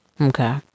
Okay